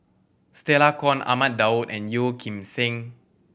Stella Kon Ahmad Daud and Yeo Kim Seng